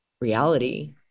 reality